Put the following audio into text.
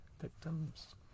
victims